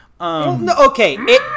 Okay